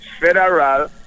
Federal